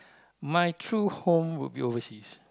my true home would be overseas